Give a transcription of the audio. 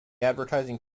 advertising